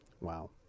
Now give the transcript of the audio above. Wow